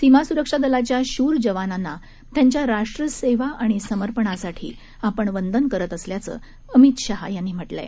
सीमा सुरक्षा दलाच्या शूर जवानांना त्यांच्या राष्ट्रसेवा आणि समर्पणासाठी आपण वंदन करत असल्याचं अमीत शहा यांनी म्हटलं आहे